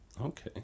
Okay